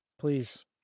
please